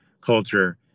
culture